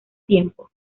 tiempo